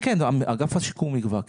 אגף השיקום יקבע.